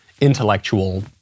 intellectual